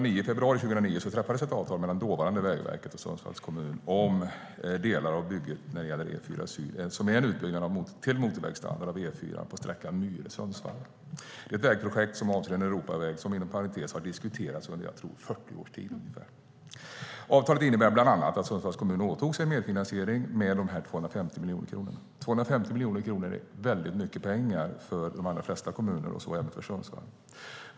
I februari 2009 träffades ett avtal mellan dåvarande Vägverket och Sundsvalls kommun om delar av bygget av E4 Syd, som är en utbyggnad till motorvägsstandard av E4 på sträckan Myre-Sundsvall. Det är ett vägprojekt som avser en Europaväg som, inom parentes sagt, har diskuterats under, tror jag, 40 års tid. Avtalet innebar bland annat att Sundsvalls kommun åtog sig medfinansiering med 250 miljoner kronor. 250 miljoner kronor är väldigt mycket pengar för de flesta kommuner, även för Sundsvall.